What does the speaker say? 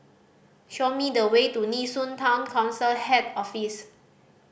show me the way to Nee Soon Town Council Head Office